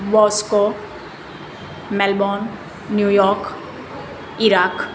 Vasco Melbourne New York Iraq